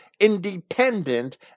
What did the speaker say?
independent